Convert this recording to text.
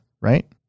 right